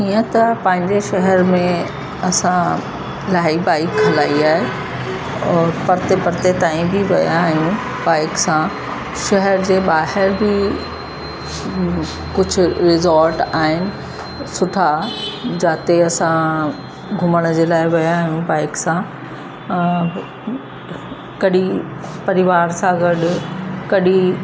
हीअं त पंहिंजे शहर में असां इलाही बाइक हलाइ आहे और परिते परिते ताईं बि विया आहियूं बाइक सां शहर जे ॿाहिरि बि कुझु रिजॉर्ट आहिनि सुठा जिते असां घुमण जे लाइ विया आहियूं बाइक सां ऐं कॾहिं परिवार सां गॾु कॾहिं